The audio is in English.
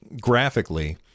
graphically